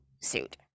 suit